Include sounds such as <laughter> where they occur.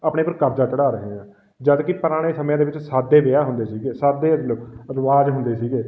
ਆਪਣੇ ਪਰ ਕਰਜਾ ਚੜਾ ਰਹੇ ਹਾਂ ਜਦੋਂ ਕਿ ਪੁਰਾਣੇ ਸਮਿਆਂ ਦੇ ਵਿੱਚ ਸਾਦੇ ਵਿਆਹ ਹੁੰਦੇ ਸੀਗੇ ਸਾਦੇ <unintelligible> ਰਿਵਾਜ਼ ਹੁੰਦੇ ਸੀਗੇ